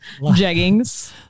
jeggings